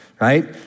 right